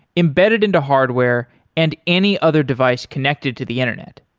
embedded into hardware and any other device connected to the internet.